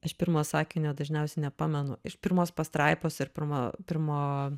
aš pirmo sakinio dažniausiai nepamenu iš pirmos pastraipos ir pirmo pirmo